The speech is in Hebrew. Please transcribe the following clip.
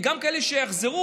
וגם אלה שיחזרו,